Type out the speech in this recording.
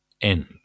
end